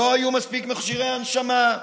לא היו מספיק מכשירי הנשמה,